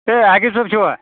ہے عاقب صٲب چھُوا